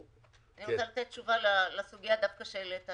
אני רוצה לתת תשובה לסוגיה דווקא שהעלית.